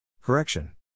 Correction